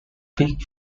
peak